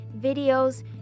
videos